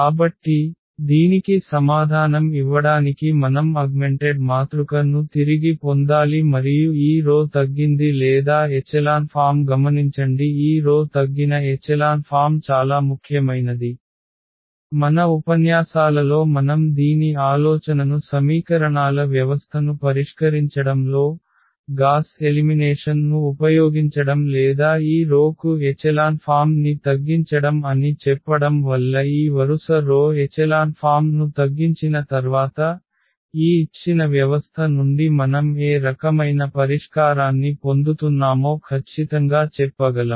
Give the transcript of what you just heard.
కాబట్టి దీనికి సమాధానం ఇవ్వడానికి మనం అగ్మెంటెడ్ మాతృక ను తిరిగి పొందాలి మరియు అడ్డు వరుస తగ్గింది లేదా ఎచెలాన్ ఫామ్ గమనించండి ఈ రో తగ్గిన ఎచెలాన్ ఫామ్ చాలా ముఖ్యమైనది మన ఉపన్యాసాలలో మనం దీని ఆలోచనను సమీకరణాల వ్యవస్థను పరిష్కరించడం లో గాస్ ఎలిమినేషన్ ను ఉపయోగించడం లేదా ఈ రో కు ఎచెలాన్ ఫామ్ ని తగ్గించడం అని చెప్పడం వల్ల ఈ వరుస రో ఎచెలాన్ ఫామ్ ను తగ్గించిన తర్వాత ఈ ఇచ్చిన వ్యవస్థ నుండి మనం ఏ రకమైన పరిష్కారాన్ని పొందుతున్నామో ఖచ్చితంగా చెప్పగలం